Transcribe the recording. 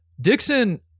Dixon